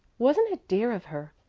wasn't it dear of her?